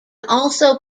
also